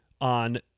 on